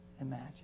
imagine